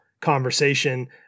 conversation